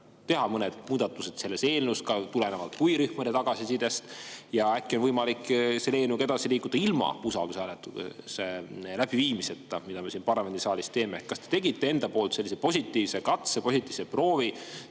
teha mõned muudatused selles eelnõus, ka tulenevalt huvirühmade tagasisidest? Äkki on võimalik selle eelnõuga edasi liikuda ilma usaldushääletuse läbiviimiseta, mida me siin parlamendisaalis [praegu] teeme? Kas te tegite enda poolt sellise positiivse katse, positiivse proovi